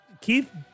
Keith